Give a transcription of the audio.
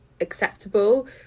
acceptable